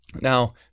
Now